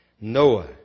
Noah